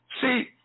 See